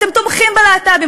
אתם תומכים בלהט"בים,